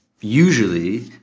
Usually